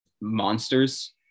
monsters